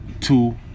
two